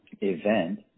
event